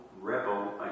rebel